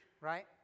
right